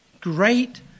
great